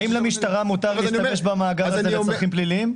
האם למשטרה מותר להשתמש במאגר הזה לצרכים פליליים?